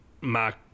Mark